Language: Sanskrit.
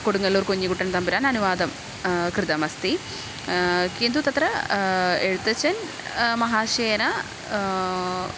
कुडङ्गल्लूर् कुञ्जीकुट्टन् तम्बरान् अनुवादं कृतमस्ति किन्तु तत्र एषुतच्चन् महाशयेन